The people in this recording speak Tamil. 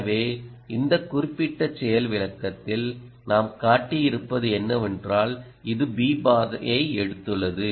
எனவே இந்த குறிப்பிட்ட செயல்விளக்கத்தில் நாம் காட்டியிருப்பது என்னவென்றால் அது B பாதையை எடுத்துள்ளது